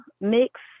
mix